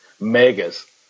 megas